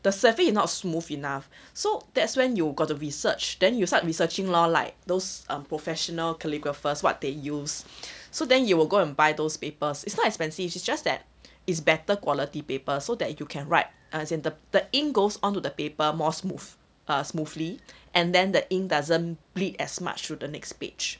the surface is not smooth enough so that's when you gotta research then you start researching lor like those um professional calligraphers what they use so then you will go and buy those papers it's not expensive it's just that is better quality paper so that you can write as in the the ink goes onto the paper more smooth smoothly and then the ink doesn't bleed as much through the next page